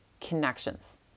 connections